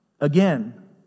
Again